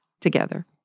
together